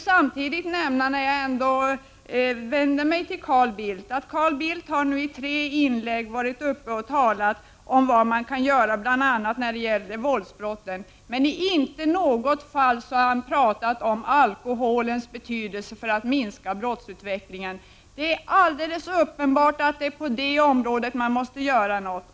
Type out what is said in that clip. Carl Bildt har nu i tre inlägg talat om vad man kan göra bl.a. när det gäller våldsbrotten, men han har inte i något inlägg talat om alkoholens betydelse för brottsutvecklingen. Det är alldeles uppenbart att det är på det området någonting måste göras.